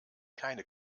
keine